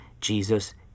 Jesus